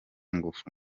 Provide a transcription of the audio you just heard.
ingufu